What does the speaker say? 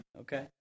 Okay